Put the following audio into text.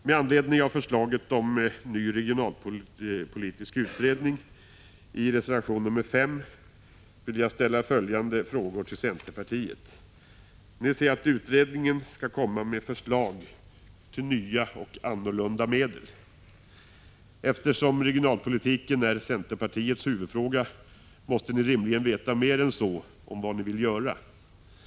Med anledning av förslaget om en ny regionalpolitisk utredning i reservation nr 5 vill jag ställa följande frågor till centerpartiet. Ni säger att utredningen skall komma med förslag till nya och annorlunda medel. Eftersom regionalpolitiken är centerpartiets huvudfråga, måste ni i centern rimligen veta mer än så om vad ni vill göra. Varför dölja alla de goda Ad Prot.